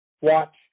watch